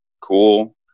cool